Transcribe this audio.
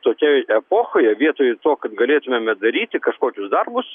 tokioj epochoje vietoj to kad galėtumėme daryti kažkokius darbus